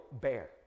bear